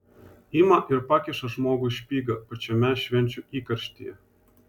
ima ir pakiša žmogui špygą pačiame švenčių įkarštyje